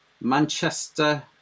manchester